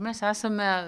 mes esame